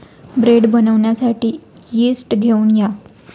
bread बनवण्यासाठी yeast घेऊन या